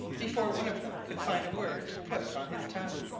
before one of them could find a word to put on his tongue.